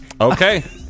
Okay